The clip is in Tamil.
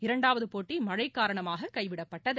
இரண்டாவது போட்டி மழை காரணமாக கைவிடப்பட்டது